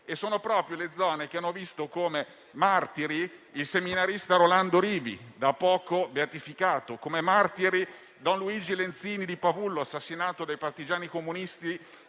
Sono proprio le zone che hanno visto come martiri il seminarista Rolando Rivi, da poco beatificato, e don Luigi Lenzini di Pavullo nel Frignano, assassinato dai partigiani comunisti